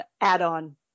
add-on